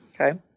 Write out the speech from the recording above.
Okay